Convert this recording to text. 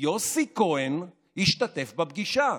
יוסי כהן השתתף בפגישה,